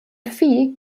vieh